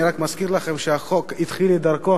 אני רק מזכיר לכם שהחוק התחיל את דרכו